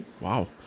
Wow